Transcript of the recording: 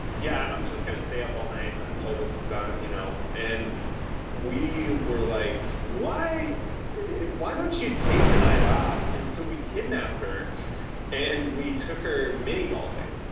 yeah, i am just going to stay up all night until this is done. you know and we were like, why why don't you take the night off and so we kidnapped her and we took her mini golfing,